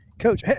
Coach